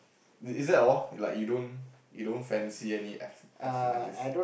is that all like you don't you don't fancy any ath~ athletics